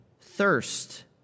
thirst